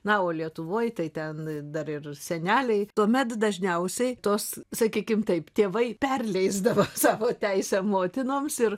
na o lietuvoj tai ten dar ir seneliai tuomet dažniausiai tos sakykim taip tėvai perleisdavo savo teisę motinoms ir